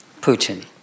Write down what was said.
Putin